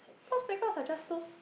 those playgrounds are just so